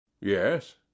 yes